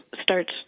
starts